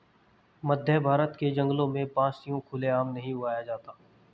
मध्यभारत के जंगलों में बांस यूं खुले आम नहीं उगाया जाता